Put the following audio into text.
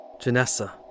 Janessa